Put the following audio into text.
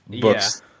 books